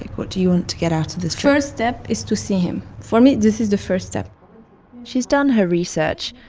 what do you want to get out of this? first step is to see him. for me, this is the first step she's done her research,